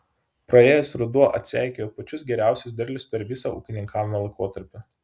praėjęs ruduo atseikėjo pačius geriausius derlius per visą ūkininkavimo laikotarpį